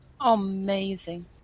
Amazing